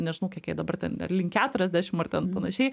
nežinau kiek jai dabar ar link keturiasdešim ar ten panašiai